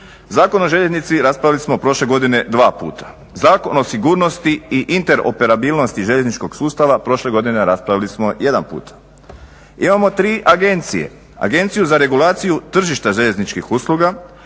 Zakon o željeznici raspravili smo prošle godine 2 puta, Zakon o sigurnosti i interoperabilnosti željezničkog sustava prošle godine raspravili smo 1 puta. Imamo 3 agencije Agenciju za regulaciju tržišta željezničkih usluga,